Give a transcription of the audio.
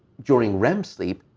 during rem sleep,